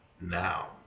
now